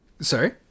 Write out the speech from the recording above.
Sorry